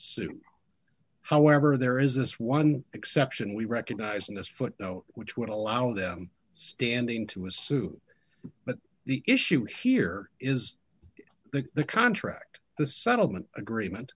suit however there is this one exception we recognize in this footnote which would allow them standing to assume but the issue here is the the contract the settlement agreement